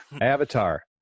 Avatar